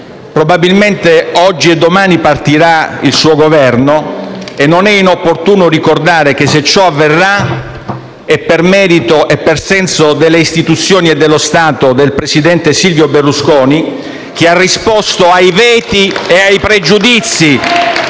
probabilmente tra oggi e domani partirà il suo Governo e non è inopportuno ricordare che, se ciò avverrà, è per merito e per senso delle istituzioni e dello Stato del presidente Silvio Berlusconi, che ha risposto ai veti e ai pregiudizi